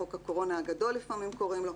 חוק הקורונה הגדול לפעמים קוראים לו,